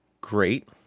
great